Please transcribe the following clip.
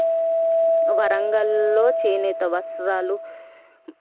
వరంగల్లో చేనేత వస్త్రాలు